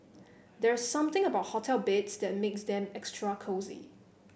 there's something about hotel beds that makes them extra cosy